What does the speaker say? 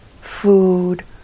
food